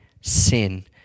sin